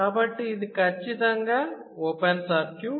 కాబట్టి ఇది ఖచ్చితంగా ఓపెన్ సర్క్యూట్